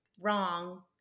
wrong